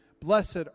Blessed